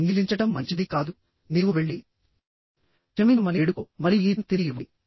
దొంగిలించడం మంచిది కాదు నీవు వెళ్లి క్షమించంమని వేడుకో మరియు ఈ పిన్ తిరిగి ఇవ్వండి